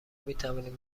میتوانید